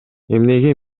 эмнеге